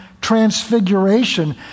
transfiguration